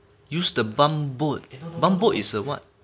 use the bumboat bumboat is the what